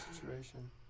situation